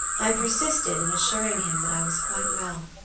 i persisted in assuring him that i was quite well.